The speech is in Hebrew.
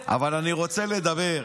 תן לי, אבל אני רוצה לדבר,